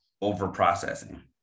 over-processing